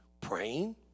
praying